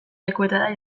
lekuetara